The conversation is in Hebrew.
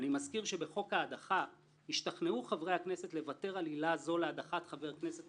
הנה משרד האוצר פרסם במסגרת בקשה שהוגשה לו